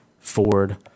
Ford